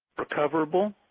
recoverable,